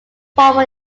formal